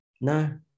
no